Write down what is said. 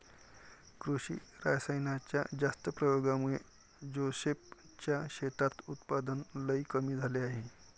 कृषी रासायनाच्या जास्त प्रयोगामुळे जोसेफ च्या शेतात उत्पादन लई कमी झाले आहे